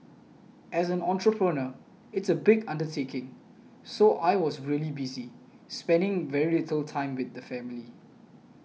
as an entrepreneur it's a big undertaking so I was really busy spending very little time with the family